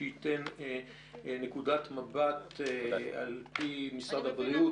שייתן נקודת מבט על פי משרד הבריאות,